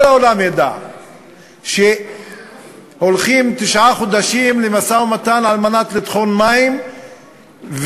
כל העולם ידע שהולכים תשעה חודשים למשא-ומתן על מנת לטחון מים ועל